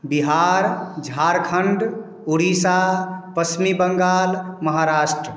Bihar Jharkhand Orissa Paschim Bangal Maharashtra